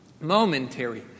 Momentary